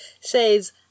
says